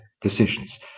decisions